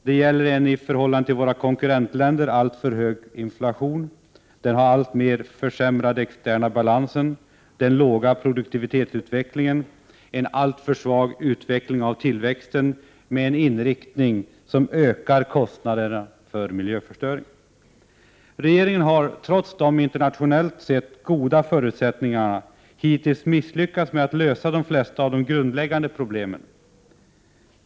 Det gäller en i förhållande till våra konkurrentländer alltför hög inflation, den alltmer försämrade externa balansen, den låga produktivitetsutvecklingen, en svag utveckling av tillväxten med en inriktning som ökar kostnaderna för miljöförstöringen. Regeringen har, trots de internationellt sett goda förutsättningarna, hittills misslyckats med att lösa de flesta av de grundläggande problemen.